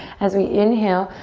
as we inhale,